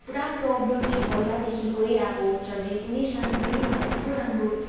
पुरा प्रोब्लम थियो पहिलादेखिकै अब जहिल्यै कुनै स्याम्पो पनि मलाई यस्तो राम्रो